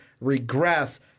regress